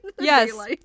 yes